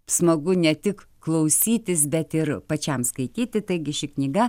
smagu ne tik klausytis bet ir pačiam skaityti taigi ši knyga